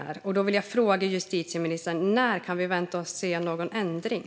Då vill jag fråga justitieministern: När kan vi vänta oss att få se någon ändring?